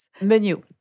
menu